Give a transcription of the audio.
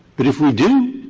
but if we do,